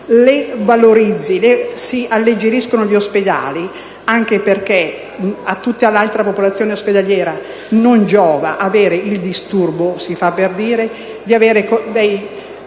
le valorizzi! Si alleggerirebbero gli ospedali (anche perché a tutta la restante popolazione ospedaliera non giova avere il disturbo - si fa per dire - di avere dei